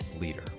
leader